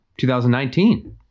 2019